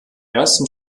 ersten